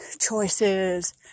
choices